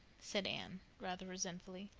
said anne, rather resentfully.